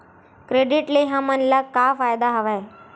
Credit ले हमन ला का फ़ायदा हवय?